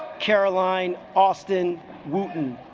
caroline austin reuven